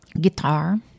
guitar